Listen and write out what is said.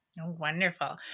Wonderful